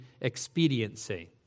expediency